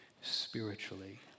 spiritually